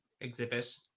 exhibit